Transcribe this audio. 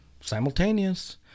Simultaneous